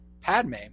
Padme